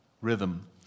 Rhythm